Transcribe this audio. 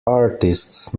artists